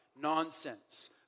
Nonsense